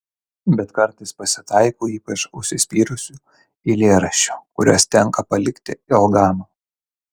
bet kartais pasitaiko ypač užsispyrusių eilėraščių kuriuos tenka palikti ilgam